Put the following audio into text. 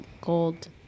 gold